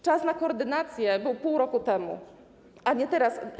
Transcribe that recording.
Czas na koordynację był pół roku temu, a nie teraz.